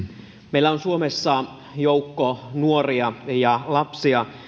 meillä on suomessa joukko nuoria ja lapsia